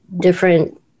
different